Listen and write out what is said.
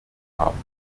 haben